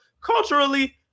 culturally –